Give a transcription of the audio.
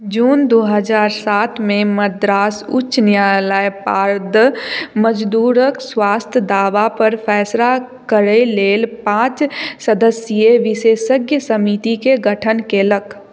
जून दू हजार सातमे मद्रास उच्च न्यायालय पारद मजदूरक स्वास्थ्य दावापर फैसला करै लेल पाँच सदस्यीय विशेषज्ञ समितिके गठन कयलक